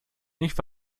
nicht